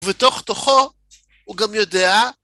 ותוך תוכו הוא גם יודע